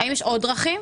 האם יש עוד דרכים?